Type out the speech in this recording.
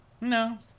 No